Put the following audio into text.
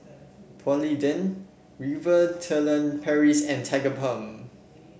Polident Furtere Paris and Tigerbalm